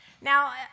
Now